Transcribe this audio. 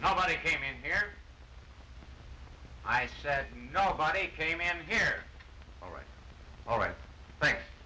nobody came in here i said nobody came in here all right all right thank